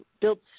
built